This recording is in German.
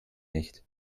nicht